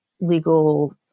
legal